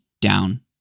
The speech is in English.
down